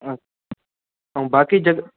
अ ऐं बाक़ी जॻहि